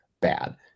bad